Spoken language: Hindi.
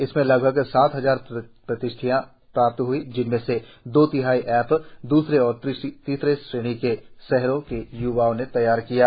इसमें लगभग सात हजार प्रविष्ठियां प्राप्त हुई जिनमें से दो तिहाई ऐप दूसरी और तीसरी श्रेणी के शहरों के य्वाओं ने तैयार किए